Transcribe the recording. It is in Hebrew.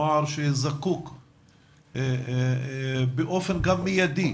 נוער שזקוק גם באופן מיידי